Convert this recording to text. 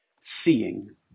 seeing